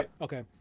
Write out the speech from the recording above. Okay